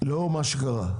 לאור מה שקרה,